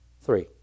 three